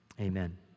amen